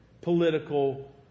political